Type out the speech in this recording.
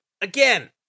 again